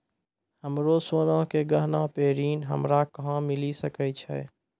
हमरो सोना के गहना पे ऋण हमरा कहां मिली सकै छै?